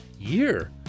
year